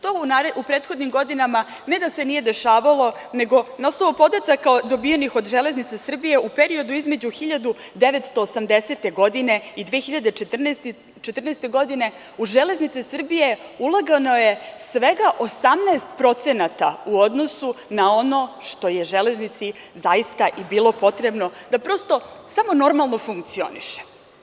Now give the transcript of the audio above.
To u prethodnim godinama, ne da se nije dešavalo, nego na osnovu podataka dobijenih od železnice Srbije u periodu između 1980. godine i 2014. godine u železnice Srbije ulagano je svega 18% u odnosu na ono što je železnici zaista i bilo potrebno da, prosto, samo normalno funkcioniše.